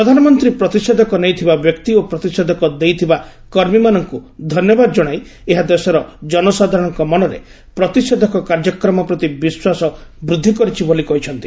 ପ୍ରଧାନମନ୍ତ୍ରୀ ପ୍ରତିଷେଧକ ନେଇଥିବା ବ୍ୟକ୍ତି ଓ ପ୍ରତିଷେଧକ ଦେଇଥିବା କର୍ମୀମାନଙ୍କୁ ଧନ୍ୟବାଦ ଜଣାଇ ଏହା ଦେଶର ଜନସାଧାରଣଙ୍କ ମନରେ ପ୍ରତିଷେଧକ କାର୍ଯ୍ୟକ୍ରମ ପ୍ରତି ବିଶ୍ୱାସ ବୃଦ୍ଧି କରିଛି ବୋଲି କହିଛନ୍ତି